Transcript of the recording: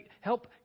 help